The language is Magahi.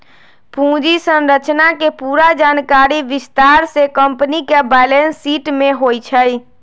पूंजी संरचना के पूरा जानकारी विस्तार से कम्पनी के बैलेंस शीट में होई छई